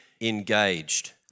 engaged